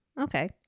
okay